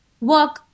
work